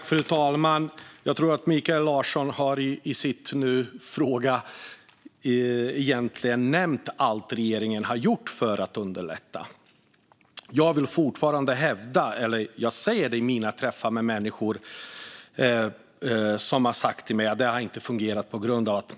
Fru talman! Jag tror att Mikael Larsson i replikskiftet har nämnt allt regeringen gjort för att underlätta. Jag vill fortfarande hävda att det inte har fungerat på grund av att marknaden har varit alldeles för seg, vilket jag fått höra i mina träffar med människor.